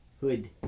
Hood